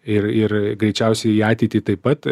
ir ir greičiausiai į ateitį taip pat